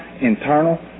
internal